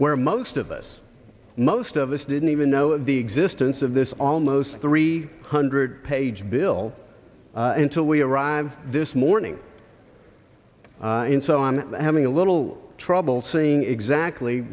where most of us most of us didn't even know the existence of this almost three hundred page bill until we arrive this morning and so on having a little trouble seeing exactly